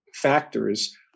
factors